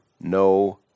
no